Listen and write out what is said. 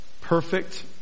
perfect